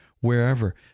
wherever